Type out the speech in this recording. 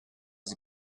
his